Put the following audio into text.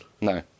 No